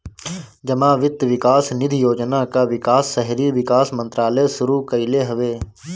जमा वित्त विकास निधि योजना कअ विकास शहरी विकास मंत्रालय शुरू कईले हवे